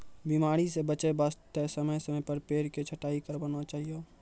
बीमारी स बचाय वास्तॅ समय समय पर पेड़ के छंटाई करवाना चाहियो